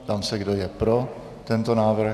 Ptám se, kdo je pro tento návrh.